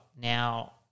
Now